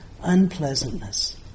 unpleasantness